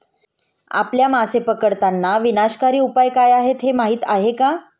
आपल्या मासे पकडताना विनाशकारी उपाय काय आहेत हे माहीत आहे का?